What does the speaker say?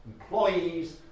employees